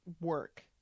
work